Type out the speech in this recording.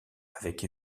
avec